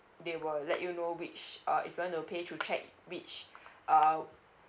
they will let you know which uh if you want to pay through checque which uh